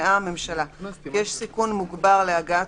ששוכנעה הממשלה כי יש סיכון מוגבר להגעת